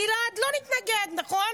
גלעד, לא נתנגד, נכון?